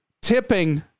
tipping